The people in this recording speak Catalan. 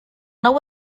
nou